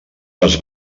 les